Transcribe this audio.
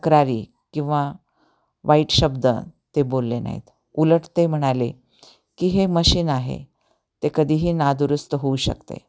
तक्रारी किंवा वाईट शब्द ते बोलले नाहीत उलट ते म्हणाले की हे मशीन आहे ते कधीही नादुरुस्त होऊ शकते